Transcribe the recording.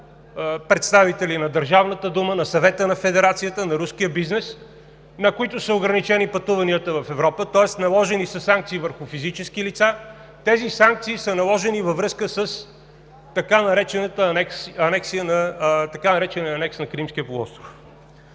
представители на Държавната дума, на Съвета на Федерацията, на руския бизнес, на които са ограничени пътуванията в Европа, тоест наложени са санкции върху физически лица. Тези санкции са наложени във връзка с така наречения анекс на Кримския полуостров.